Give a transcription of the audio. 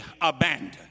abandoned